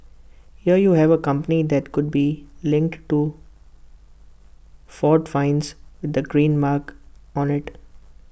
here you have A company that could be linked to Ford fines with the green mark on IT